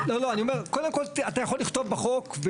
קודם כל אתה יכול לכתוב בחוק.